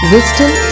Wisdom